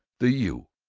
the u.